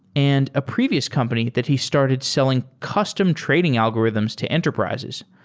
and a previous company that he started selling custom trading algorithms to enterprises.